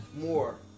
more